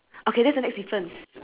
then next to the